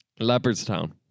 Leopardstown